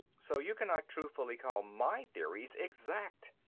so you cannot truthfully call my theories exact.